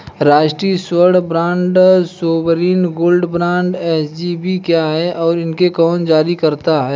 राष्ट्रिक स्वर्ण bond sovereign gold bond SGB क्या है और इसे कौन जारी करता है?